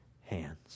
hands